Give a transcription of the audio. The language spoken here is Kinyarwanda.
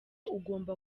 ugomba